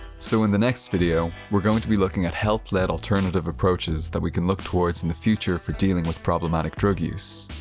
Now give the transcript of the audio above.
so in the next video, we're going to be looking at health-led alternative approaches that we can look towards in the future for dealing with problematic drug use.